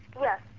Yes